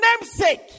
namesake